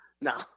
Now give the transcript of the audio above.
No